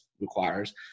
requires